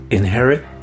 inherit